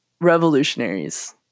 revolutionaries